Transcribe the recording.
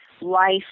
life